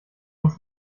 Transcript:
uns